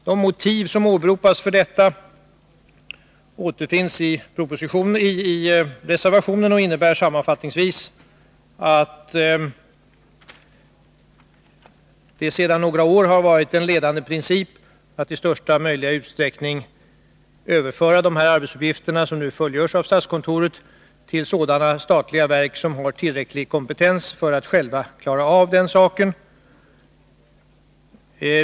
De motiv som åberopas för detta återfinns i reservationen och innebär sammanfattningsvis att det sedan några år har varit en ledande princip att i största möjliga utsträckning överföra de arbetsuppgifter som nu fullgörs av statskontoret till sådana statliga verk som har tillräcklig kompetens för att själva klara av dessa uppgifter.